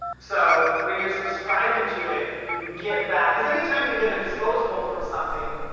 so when you're subscribing to it, you get back, because anytime you get a disposable from something,